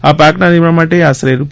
આ પાર્કના નિર્માણ માટે આશરે રૂ